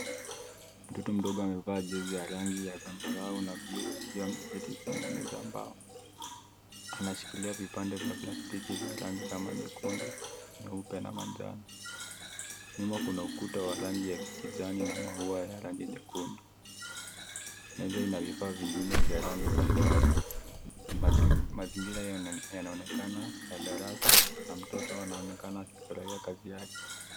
Mtoto mdogo amevaa jezi ya rangi ya zambarau na bluu akiwa ameketi kwenye meza mbao. Anashikilia viapende vya plastiki vya rangi kama nyekundu, nyeupe na manjano. Nyuma kuna ukuta wa rangi ya kijani na maua ya rangi nyekundu. Meza ina vifaa vingine vya rangi mbalimbali. Mazingira yanaonekana ya darasa na mtoto anaonekana kufurahia kazi yake.